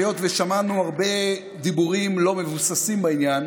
היות ששמענו הרבה דיבורים לא מבוססים בעניין,